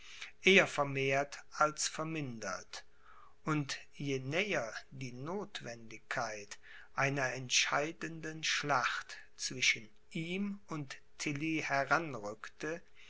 eher vermehrt als vermindert und je näher die notwendigkeit einer entscheidenden schlacht zwischen ihm und